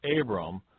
Abram